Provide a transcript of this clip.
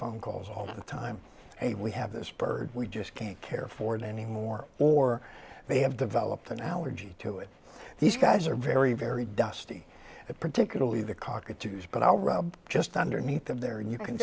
phone calls all the time hey we have this bird we just can't care for the anymore or they have developed an allergy to it these guys are very very dusty and particularly the cockatoos but i'll rub just underneath them there and you can